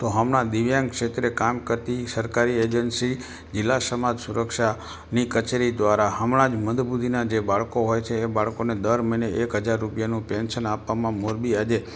તો હમણા દિવ્યાંગ ક્ષેત્રે કામ કરતી સરકારી એજન્સી જિલ્લા સમાજ સુરક્ષાની કચેરી દ્વારા હમણાં જ મંદબુદ્ધિનાં જે બાળકો હોય છે એ બાળકોને દર મહિને એક હજાર રૂપિયાનું પેન્શન આપવામાં મોરબી આજે